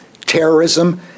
terrorism